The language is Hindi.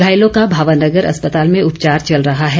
घायलों का भावा नगर अस्पताल में उपचार चल रहा है